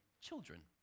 children